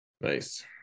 Nice